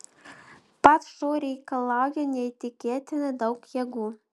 pats šou reikalauja neįtikėtinai daug jėgų